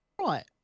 Right